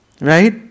right